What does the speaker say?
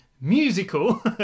Musical